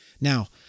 Now